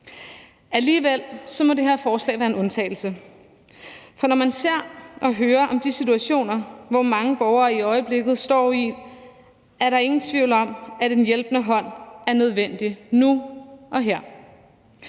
Alligevel må det her forslag være en undtagelse, for når man ser og hører om de situationer, som mange borgere i øjeblikket står i, er der ingen tvivl om, at en hjælpende hånd er nødvendig nu og her.